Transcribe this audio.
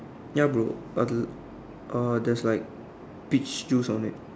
ya bro okay uh there's like peach juice on it